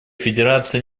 федерация